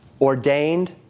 ordained